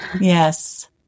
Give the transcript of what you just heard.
Yes